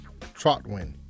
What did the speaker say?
Trotwin